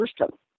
system